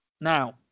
Now